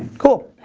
cool.